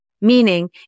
meaning